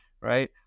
right